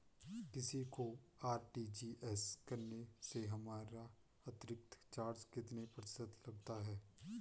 किसी को आर.टी.जी.एस करने से हमारा अतिरिक्त चार्ज कितने प्रतिशत लगता है?